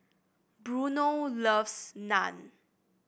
Bruno loves Naan